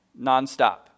nonstop